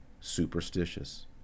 superstitious